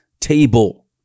table